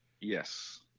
Yes